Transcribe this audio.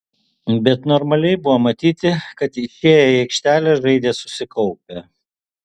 bet normaliai buvo matyti kad išėję į aikštelę žaidė susikaupę